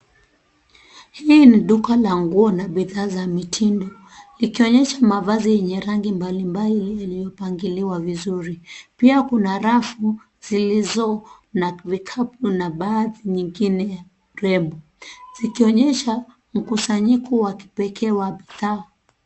Hii ni duka la nguo na bidhaa za mitindo. Likionyesha mavazi yenye rangi mbali mbali yaliyopangiliwa vizuri. Pia kuna rafu zilizo na vikapu na baadhi nyengine ya urembo, zikionyesha mkusanyiko wa kipekee wa bidhaa.